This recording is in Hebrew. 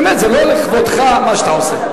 באמת, זה לא לכבודך מה שאתה עושה.